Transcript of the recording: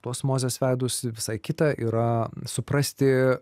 tuos mozės veidus visai kita yra suprasti